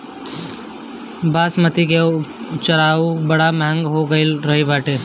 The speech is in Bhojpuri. बासमती के चाऊर बड़ा महंग हो गईल बाटे